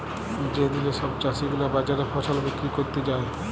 যে দিলে সব চাষী গুলা বাজারে ফসল বিক্রি ক্যরতে যায়